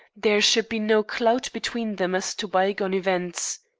there should be no cloud between them as to bygone events.